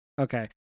Okay